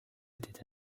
était